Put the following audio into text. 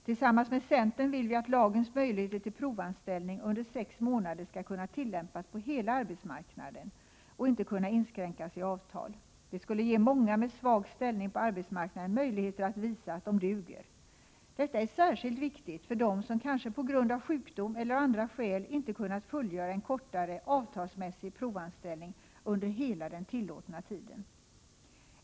Tillsammans med centern vill vi att lagens möjligheter till provanställning under sex månader skall kunna tillämpas på hela arbetsmarknaden och inte kunna inskränkas i avtal. Det skulle ge många med svag ställning på arbetsmarknaden möjligheter att visa att de duger. Detta är särskilt viktigt för dem som på grund av sjukdom eller av andra skäl kanske inte har kunnat fullgöra en kortare avtalsmässig provanställning under hela den tillåtna tiden.